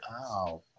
Wow